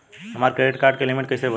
हमार credit card के limit कइसे बढ़ी?